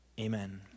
Amen